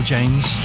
James